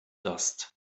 dust